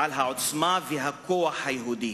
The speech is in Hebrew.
ועל העוצמה והכוח היהודי,